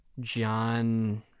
John